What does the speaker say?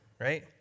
right